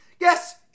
Yes